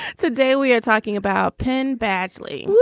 today we are talking about penn badgley